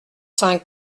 cinq